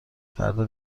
فردا